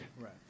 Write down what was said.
Right